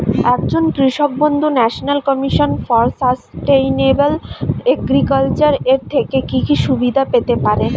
একজন কৃষক বন্ধু national commission for sustainable agriculture এর থেকে কি কি সুবিধা পেতে পারে?